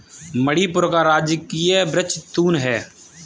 मणिपुर का राजकीय वृक्ष तून है